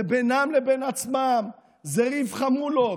זה בינם לבין עצמם, זה ריב חמולות.